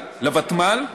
לוותמ"ל.